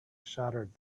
shattered